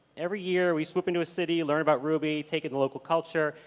every year we swoop into a city, learn about ruby, take in the local culture,